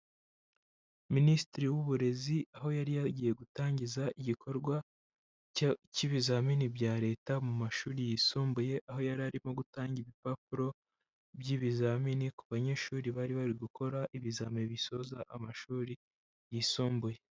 Minisitiri w'Uburezi, aho yari yagiye gutangiza igikorwa cy'ibizamini bya Leta mu mashuri yisumbuye, aho yari arimo gutanga ibipapuro by'ibizamini ku banyeshuri bari bari gukora ibizamini bisoza amashuri yisumbuye.